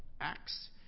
Acts